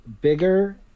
bigger